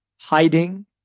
hiding